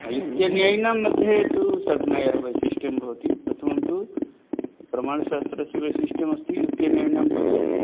युक्तन्यायिनां मध्ये तु साधना एव वैशिष्ठं भवति प्रथमं तु प्रमाणसास्त्रस्य वैशिष्ठ्यं अस्ति युक्तेर्न्यायिनां कृते